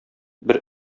бер